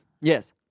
Yes